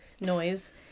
noise